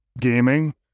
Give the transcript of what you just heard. gaming